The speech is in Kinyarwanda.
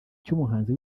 cy’umuhanzi